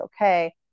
okay